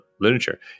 literature